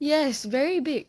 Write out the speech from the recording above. yes very big